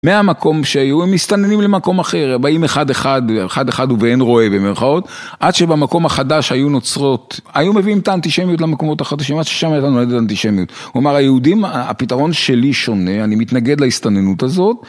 מהמקום שהיו, הם מסתננים למקום אחר, באים אחד אחד, אחד אחד ובאין רואה במירכאות, עד שבמקום החדש היו נוצרות, היו מביאים את האנטישמיות למקומות החדשים, עד ששם הייתה נולדת אנטישמיות. כלומר, היהודים, הפתרון שלי שונה, אני מתנגד להסתננות הזאת.